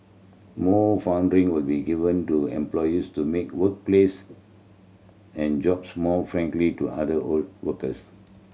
more will be given to employees to make workplace and jobs more frankly to other workers